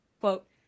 Quote